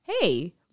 Hey